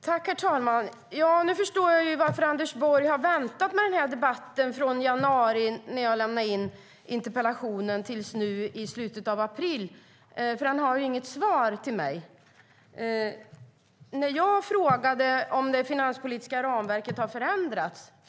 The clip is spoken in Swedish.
Herr talman! Nu förstår jag varför Anders Borg har väntat med denna debatt från januari, när jag lämnade in interpellationen, tills nu i slutet av april. Han har ju inget svar till mig. Jag frågade om det finanspolitiska ramverket har förändrats.